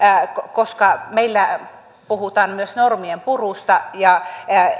koska meillä puhutaan myös normien purusta ja